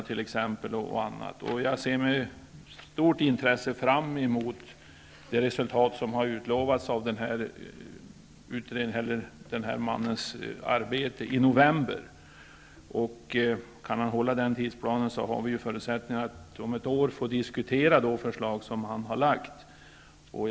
Jag ser med stort intresse fram mot det resultat av den sakkunniges arbete som har utlovats i november. Kan han hålla den tidsplanen, så har vi förutsättningar att om ett år få diskutera förslag som han har lagt fram.